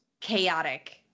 chaotic